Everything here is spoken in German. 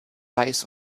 weiss